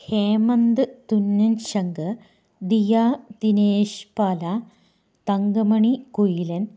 ഹേമന്ദ് തുന്നൻ ശങ്കർ ദിയ ദിനേശ് പാദ തങ്കമണി കുയിലൻ